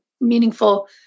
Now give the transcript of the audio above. meaningful